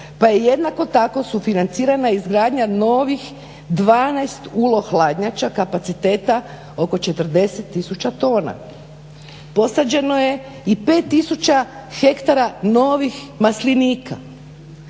pa je jednako tako sufinancirana izgradnja novih 12 ULO hladnjača kapaciteta oko 40 tisuća tona. Posađeno je i 5 tisuća hektara novih maslinika.